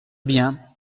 bien